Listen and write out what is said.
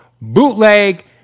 BOOTLEG